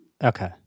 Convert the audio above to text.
Okay